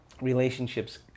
relationships